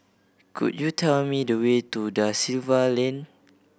could you tell me the way to Da Silva Lane